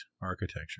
architecture